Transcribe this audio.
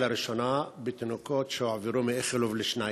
לראשונה בתינוקת שהועברה מאיכילוב לשניידר.